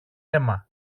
αίμα